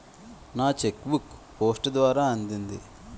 నా cheque book post ద్వారా అందింది